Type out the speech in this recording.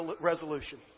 resolution